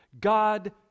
God